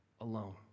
alone